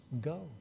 go